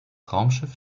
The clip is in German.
raumschiff